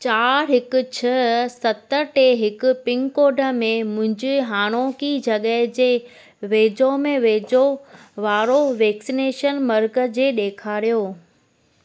चारि हिकु छह सत टे हिकु पिनकोड में मुंहिंजे हाणोकी जॻहि जे वेझो में वेझो वारो वैक्सनेशन मर्कज़ु ॾेखारियो